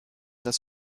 das